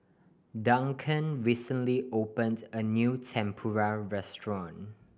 Duncan recently opened a new Tempura restaurant